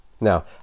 Now